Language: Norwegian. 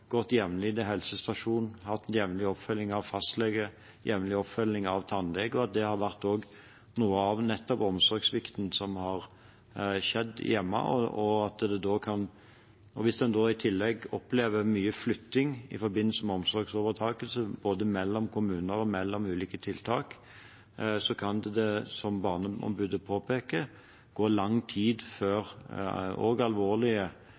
hatt jevnlig oppfølging av fastlege eller av tannlege, og det har nettopp vært noe av omsorgssvikten som har skjedd hjemme. Hvis en i tillegg opplever mye flytting i forbindelse med omsorgsovertakelse, både mellom kommuner og mellom ulike tiltak, kan det, som barneombudet påpeker, gå lang tid før også alvorlige